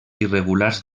irregulars